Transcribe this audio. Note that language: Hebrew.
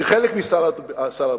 כחלק מסל הבריאות.